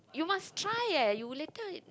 you must try eh you later